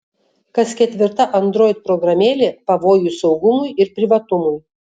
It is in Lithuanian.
kas ketvirta android programėlė pavojus saugumui ir privatumui